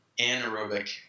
anaerobic